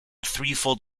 threefold